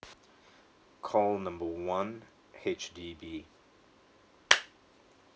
call number one H_D_B